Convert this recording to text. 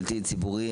ציבורי,